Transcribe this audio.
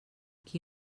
qui